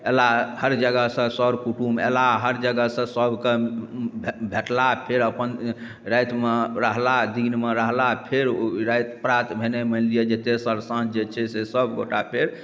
एलाह हर जगहसँ सर कुटुम एलाह हर जगहसँ सबके भेटलाह फेर अपन रातिमे रहलाह दिनमे रहलाह फेर ओइ राति प्रात भेने मानि लिऽ जे तेसर साँझ जे छै से सबगोटा फेर